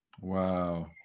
Wow